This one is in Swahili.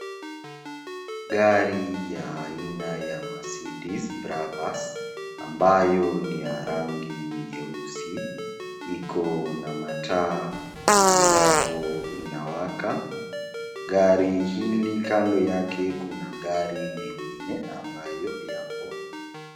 Gari ya aina ya mercedes brabus ambayo ni ya rangi nyeusi iko na mataa ambapo inawaka, gari hili kando yake kuna gari mengine ambayo yapo.